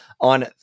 On